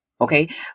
Okay